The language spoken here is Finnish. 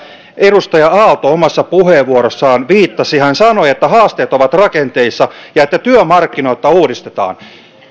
edustaja aalto omassa puheenvuorossaan viittasi hän sanoi että haasteet ovat rakenteissa ja että työmarkkinoita uudistetaan